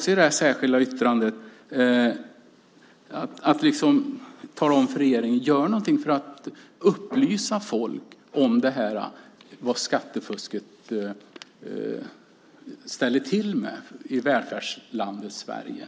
I det särskilda yttrandet uppmanar vi också regeringen att göra något för att upplysa folk om vad skattefusket ställer till med i välfärdslandet Sverige.